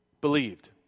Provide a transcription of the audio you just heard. believed